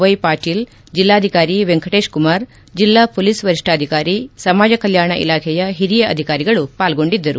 ವೈಪಾಟೀಲ್ ಜಲ್ಲಾಧಿಕಾರಿ ವೆಂಕಟೇಶ್ ಕುಮಾರ್ ಜಲ್ಲಾ ಹೊಲೀಸ್ ವರಿಷ್ಠಾಧಿಕಾರಿ ಸಮಾಜ ಕಲ್ಲಾಣ ಇಲಾಖೆಯ ಹಿರಿಯ ಅಧಿಕಾರಿಗಳು ಪಾಲ್ಗೊಂಡಿದ್ದರು